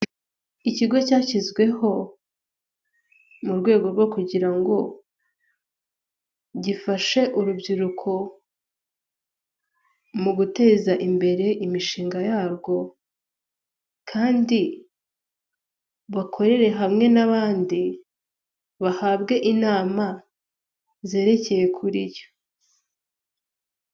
Ikigo cyashyizweho mu rwego rwo kugira ngo gifashe urubyiruko mu guteza imbere imishinga yarwo kandi bakorere hamwe n'abandi bahabwe inama zerekeye kuri yo.